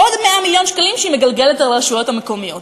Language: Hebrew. עוד 100 מיליון שקלים שהיא מגלגלת על הרשויות המקומיות.